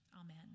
amen